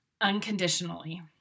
unconditionally